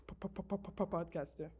podcaster